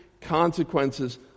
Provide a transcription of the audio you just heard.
consequences